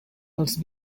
els